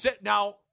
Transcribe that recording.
Now